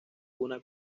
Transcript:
una